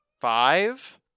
five